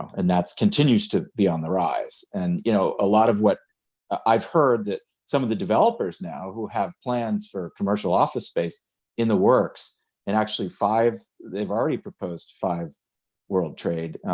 and that's continues to be on the rise. and, you know, a lot of what i've heard that some of the developers now who have plans for commercial office space in the works and actually five they've already proposed five world trade,